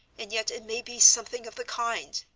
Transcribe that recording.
and yet it may be something of the kind.